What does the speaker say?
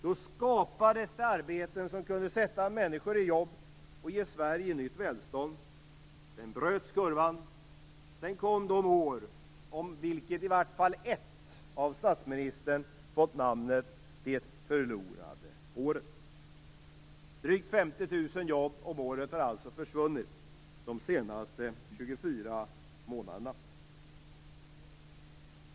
Då skapades det arbeten som kunde sätta människor i jobb och ge Sverige nytt välstånd. Sedan bröts kurvan. Ett av de år som sedan följde har av statsministern fått namnet Det förlorade året. Drygt 50 000 jobb om året har alltså försvunnit de senaste 24 månaderna.